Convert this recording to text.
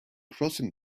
crossing